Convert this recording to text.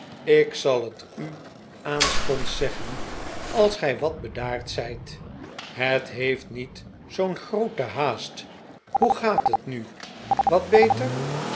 ik zal het u aanstonds zeggen als gij wat bedaard zijt het heeft niet zoo'n groote haast hoe gaat het nu wat beter